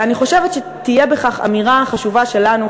אני חושבת שתהיה בכך אמירה חשובה שלנו,